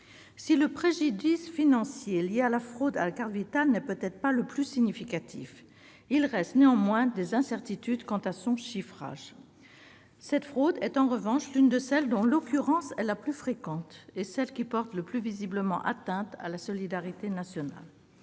le préjudice financier lié à la fraude à la carte Vitale n'est peut-être pas le plus significatif, mais des incertitudes demeurent quant à son chiffrage. En outre, cette fraude est l'une de celles dont l'occurrence est la plus fréquente ; et c'est celle qui porte le plus visiblement atteinte à la solidarité nationale.